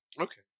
Okay